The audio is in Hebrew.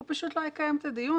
הוא פשוט לא יקיים את הדיון.